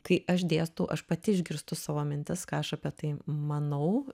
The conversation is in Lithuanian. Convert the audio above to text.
kai aš dėstau aš pati išgirstu savo mintis ką aš apie tai manau